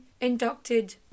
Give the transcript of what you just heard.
inducted